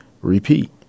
repeat